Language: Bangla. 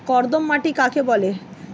কর্দম মাটি কাকে বলে?